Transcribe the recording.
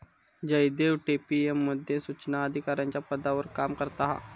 Jaydev Paytm मध्ये सुचना अधिकाराच्या पदावर काम करता हा